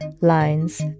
lines